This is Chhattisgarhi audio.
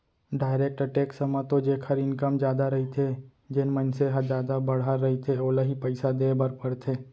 डायरेक्ट टेक्स म तो जेखर इनकम जादा रहिथे जेन मनसे ह जादा बड़हर रहिथे ओला ही पइसा देय बर परथे